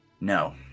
No